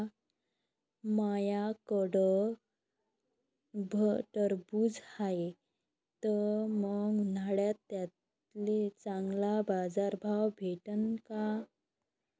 माह्याकडं टरबूज हाये त मंग उन्हाळ्यात त्याले चांगला बाजार भाव भेटन का?